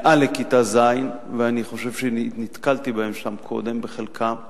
מעל לכיתה ז', אני חושב שנתקלתי בחלקם קודם,